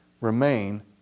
remain